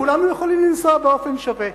כולנו יכולים לנסוע באופן שווה.